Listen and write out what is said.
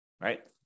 right